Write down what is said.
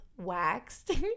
waxed